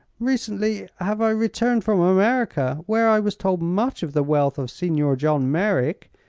recently have i returned from america, where i was told much of the wealth of signor john merreek,